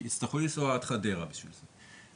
אלא יצטרכו לנסוע עד חדרה בשביל זה.